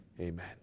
Amen